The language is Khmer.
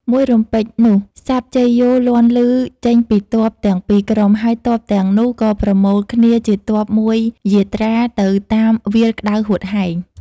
មួយរំពេចនោះស័ព្ទជយោបានលាន់ឮចេញពីទ័ពទាំងពីរក្រុម ហើយទ័ពទាំងនោះក៏ប្រមូល គា្នជាទ័ពមួយយាត្រាទៅតាមវាលក្ដៅហួតហែង។